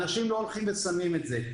אנשים לא שמים את זה.